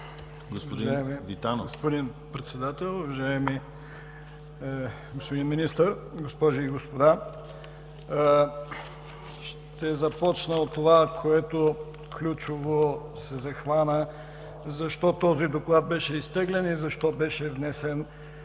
(ОП): Уважаеми господин Председател, уважаеми господин Министър, госпожи и господа! Ще започна от това, което ключово се захвана: защо този Доклад беше изтеглен и защо беше внесен